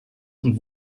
und